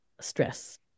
stress